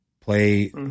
Play